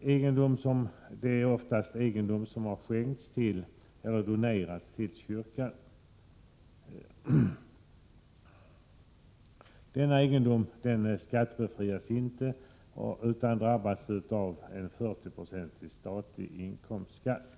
Det är ofta fråga om egendom som skänkts till eller donerats till kyrkan. Denna egendom befrias inte från skatt, utan drabbas av en 40-procentig statlig inkomstskatt.